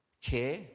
Care